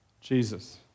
Jesus